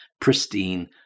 Pristine